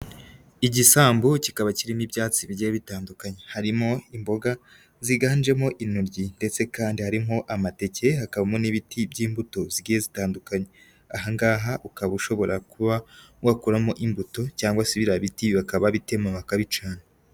Igisambu kikaba kirimo ibyatsi bigiye bitandukanye, harimo imboga ziganjemo intoryi ndetse kandi harimo amateke hakabamo n'ibiti by'imbuto zigiye zitandukanye, aha ngaha ukaba ushobora kuba wakuramo imbuto cyangwa se ibiriya biti bakaba babitema bakabicana.